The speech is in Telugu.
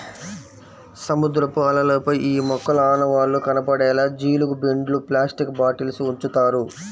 సముద్రపు అలలపై ఈ మొక్కల ఆనవాళ్లు కనపడేలా జీలుగు బెండ్లు, ప్లాస్టిక్ బాటిల్స్ ఉంచుతారు